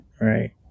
right